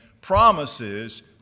promises